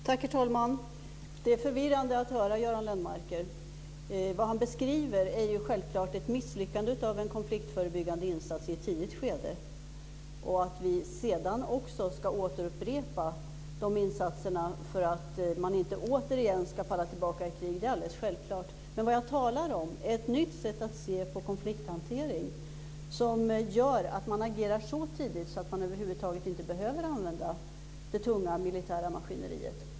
Herr talman! Det är förvirrande att höra Göran Lennmarker. Det han beskriver är självklart ett misslyckande av en konfliktförebyggande insats i ett tidigt skede. Att vi sedan också ska återupprepa de insatserna för att man inte återigen ska falla tillbaka i krig är alldeles självklart. Men det jag talar om är ett nytt sätt att se på konflikthantering som gör att man agerar så tidigt att man över huvud taget inte behöver använda det tunga militära maskineriet.